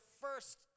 first